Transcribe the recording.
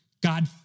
God